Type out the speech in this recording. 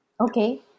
Okay